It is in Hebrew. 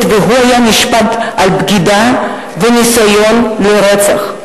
והוא היה נשפט על בגידה וניסיון לרצח.